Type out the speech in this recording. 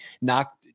knocked